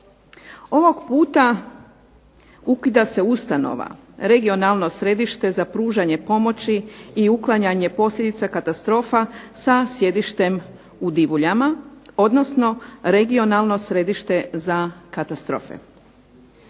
Ovog puta ukida se ustanova, regionalno središte za pružanje pomoći i uklanjanje posljedica katastrofa sa sjedištem u Divuljama, odnosno regionalno središte za katastrofe.